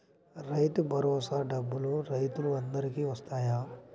రైతు భరోసా డబ్బులు రైతులు అందరికి వస్తాయా?